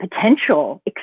potential